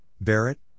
Barrett